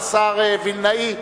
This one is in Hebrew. השר וילנאי.